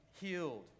healed